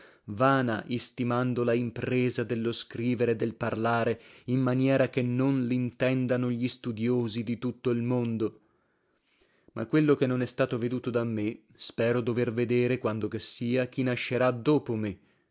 vana istimando la impresa dello scrivere e del parlare in maniera che non lintendano gli studiosi di tutto l mondo ma quello che non è stato veduto da me spero dover vedere quando che sia chi nascerà dopo me